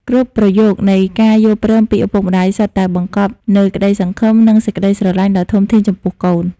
គ្រប់ប្រយោគនៃការយល់ព្រមពីឪពុកម្ដាយ សុទ្ធតែបង្កប់នូវក្ដីសង្ឃឹម និងសេចក្ដីស្រឡាញ់ដ៏ធំធេងចំពោះកូន។